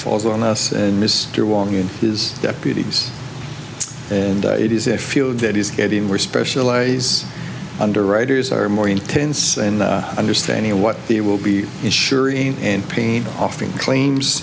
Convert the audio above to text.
falls on us and mr wong and his deputies and it is a field that is getting more specialize underwriters are more intense and understanding of what they will be insuring and pain often claims